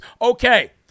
okay